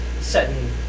setting